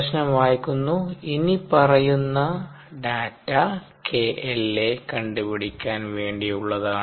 പ്രശ്നം വായിക്കുന്നു ഇനിപ്പറയുന്ന ഡാറ്റ KLa കണ്ടുപിടിക്കാൻ വേണ്ടിയുള്ളതാണ്